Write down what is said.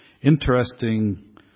interesting